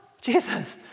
Jesus